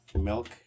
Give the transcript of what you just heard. milk